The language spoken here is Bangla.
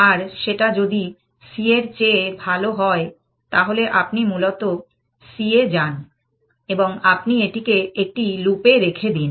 আর সেটা যদি c এর চেয়ে ভালো হয় তাহলে আপনি মূলত c এ যান এবং আপনি এটিকে একটি লুপে রেখে দিন